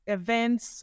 events